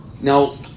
Now